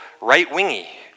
right-wingy